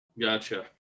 Gotcha